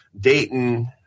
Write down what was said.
Dayton